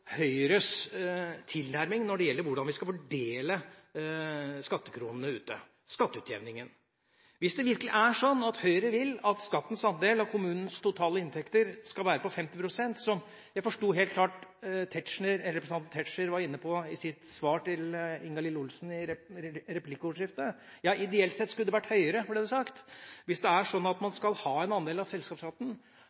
Høyres tilnærming til hvordan vi skal fordele skattekronene – skatteutjevningen. Hvis det virkelig er slik at Høyre vil at skattens andel av kommunens totale inntekter skal være på 50 pst. – representanten Tetzschner var i sitt svar til Ingalill Olsen i replikkordskiftet inne på at skatteandelen ideelt sett skulle vært høyere. Hvis det er slik at man